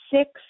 six